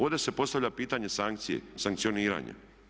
Ovdje se postavlja pitanje sankcije, sankcioniranja.